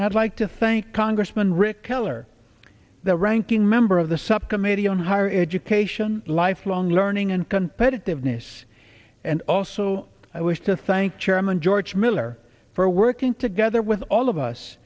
and i'd like to thank congressman rick keller the ranking member of the subcommittee on higher education lifelong learning and competitiveness and also i wish to thank chairman george miller for working together with all of us